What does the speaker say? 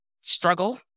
struggle